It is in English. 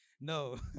no